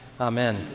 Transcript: Amen